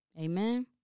Amen